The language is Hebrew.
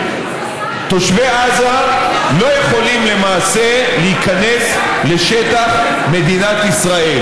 תושבי עזה לא יכולים למעשה להיכנס לשטח מדינת ישראל,